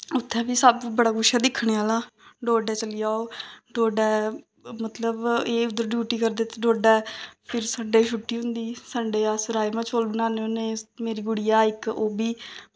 उत्थें बी सब बड़ा कुछ ऐ दिक्खने आह्ला डोडै चली जाओ डोडै मतलब एह् उद्धर ड्यूटी करदे डोडै फिर संडे ई छुट्टी होंदी संडे ई अस राजमांह् चौल बनान्ने होन्ने मेरी गुड़िया इक ओह् बी